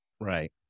Right